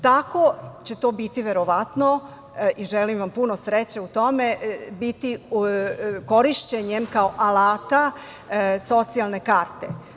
Tako će to biti, verovatno, i želim vam puno sreće u tome, korišćenjem kao alata Socijalne karte.